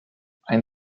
ein